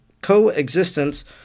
coexistence